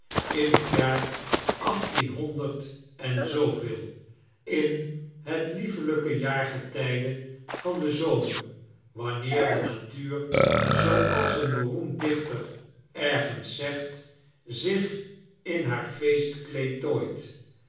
in hetjaarachttienhonderd en zooveel in het liefelyke jaargetijde van den zomer wanneer de natuur zooals een beroemd dichter ergens zegt zich in haar feestkleed tooit